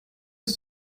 ist